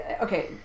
okay